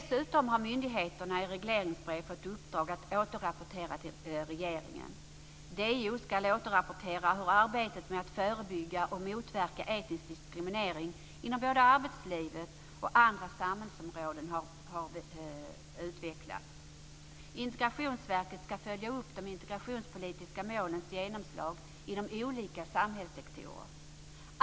Dessutom har myndigheterna i regleringsbrev fått uppdrag att återrapportera till regeringen. DO ska återrapportera hur arbetet med att förebygga och motverka etnisk diskriminering inom både arbetslivet och andra samhällsområden har utvecklats. Integrationsverket ska följa upp de integrationspolitiska målens genomslag inom olika samhällssektorer.